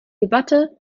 debatte